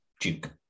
duke